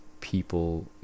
people